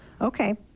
Okay